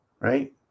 right